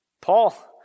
Paul